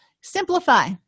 Simplify